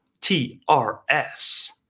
TRS